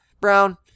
Brown